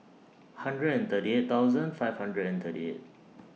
hundred and thirty eight thousand five hundred and thirty eight